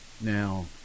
Now